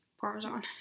Parmesan